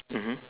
mmhmm